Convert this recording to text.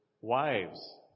wives